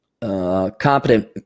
Competent